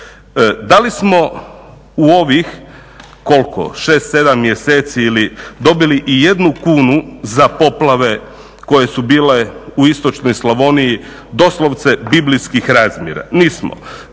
Da li smo u ovih koliko šest, sedam mjeseci ili dobili i jednu kunu za poplave koje su bile u istočnoj Slavoniji doslovce biblijskih razmjera. Nismo!